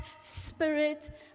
spirit